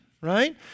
right